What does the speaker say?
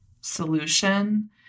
solution